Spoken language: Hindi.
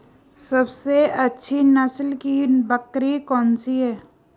सबसे अच्छी नस्ल की बकरी कौन सी है?